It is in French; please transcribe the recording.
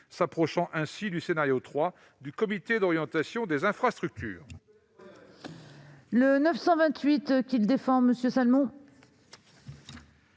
rapprochant ainsi du scénario 3 du Conseil d'orientation des infrastructures.